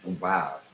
wow